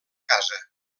casa